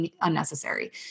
unnecessary